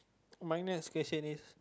my next question is